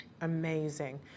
Amazing